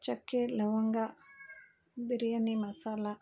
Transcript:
ಚಕ್ಕೆ ಲವಂಗ ಬಿರಿಯಾನಿ ಮಸಾಲ